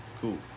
cool